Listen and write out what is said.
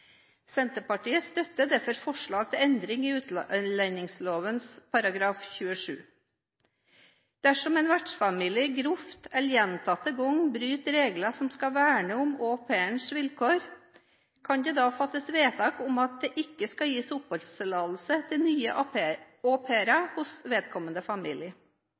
Senterpartiet støtter derfor forslag til endring i utlendingsloven § 27. Dersom en vertsfamilie grovt eller gjentatte ganger bryter reglene som skal verne om au pairens vilkår, kan det fattes vedtak om at det ikke skal gis oppholdstillatelse til nye au pairer hos vedkommende